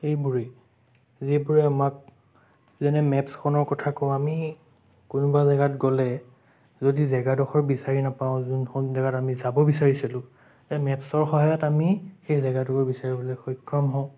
এইবোৰেই যিবোৰে আমাক যেনে মেপছখনৰ কথা কওঁ আমি কোনোবা জেগাত গ'লে যদি জেগাডোখৰ বিচাৰি নেপাওঁ যোনখন জেগাত আমি যাব বিচাৰিছিলোঁ এই মেপছৰ সহায়ত আমি সেই জেগাটুকুৰা বিচাৰিবলৈ সক্ষম হওঁ